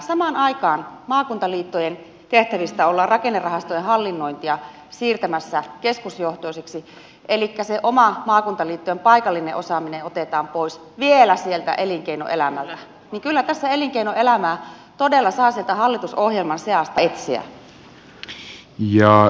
samaan aikaan maakuntaliittojen tehtävistä ollaan rakennerahastojen hallinnointia siirtämässä keskusjohtoiseksi elikkä se oma maakuntaliittojen paikallinen osaaminen otetaan pois vielä sieltä elinkeinoelämältä niin että kyllä tässä elinkeinoelämää todella saa sieltä hallitusohjelman seasta etsiä